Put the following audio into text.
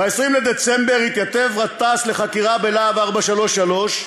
ב-20 בדצמבר התייצב גטאס לחקירה בלהב 433,